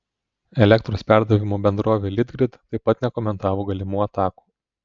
elektros perdavimo bendrovė litgrid taip pat nekomentavo galimų atakų